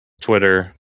twitter